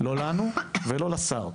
לא לנו ולא לשר,